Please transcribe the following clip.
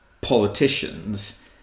politicians